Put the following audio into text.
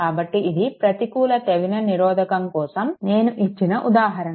కాబట్టి ఇది ప్రతికూల థెవెనిన్ నిరోధకం కోసం నేను ఇచ్చిన ఉదాహరణ